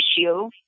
issue